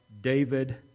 David